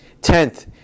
tenth